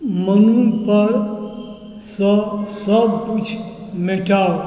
मनू परसँ सब किछु मेटाउ